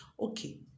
okay